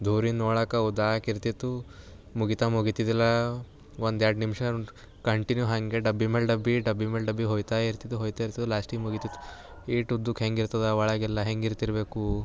ದೂರಿಂದ ನೋಡೋಕ್ಕೆ ಉದ್ದಕ್ಕೆ ಇರ್ತಿತ್ತು ಮುಗಿತಾ ಮುಗಿತಿದ್ದಿಲ್ಲ ಒಂದು ಎರ್ಡು ನಿಮಿಷ ಕಂಟಿನ್ಯೂ ಹಂಗೆ ಡಬ್ಬಿ ಮೇಲೆ ಡಬ್ಬಿ ಡಬ್ಬಿ ಮೇಲೆ ಡಬ್ಬಿ ಹೋಗ್ತಾ ಇರ್ತಿದ್ದು ಹೋಗ್ತಾ ಇರ್ತಿತ್ತು ಲಾಸ್ಟಿಗೆ ಮುಗಿತಿತ್ತು ಇಷ್ಟು ಉದ್ದಕ್ಕೆ ಹೆಂಗಿರ್ತದೆ ಒಳಗೆಲ್ಲ ಹೆಂಗೆ ಇರ್ತಿರ್ಬೇಕು